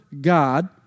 God